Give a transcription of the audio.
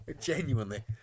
genuinely